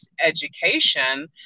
education